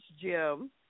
Jim